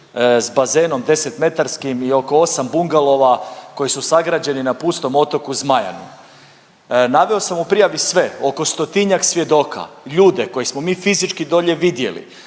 s bazenom 10-metarskim i oko 8 bungalova koji su sagrađeni na pustom otoku Zmajanu. Naveo sam u prijavi sve, oko 100-tinjak svjedoka, ljude koje smo mi fizički dolje vidjeli,